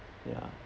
ya